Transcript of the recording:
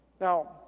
Now